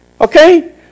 okay